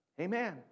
Amen